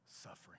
suffering